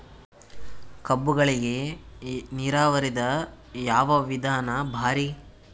ಕಬ್ಬುಗಳಿಗಿ ನೀರಾವರಿದ ಯಾವ ವಿಧಾನ ಭಾರಿ?